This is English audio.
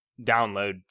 download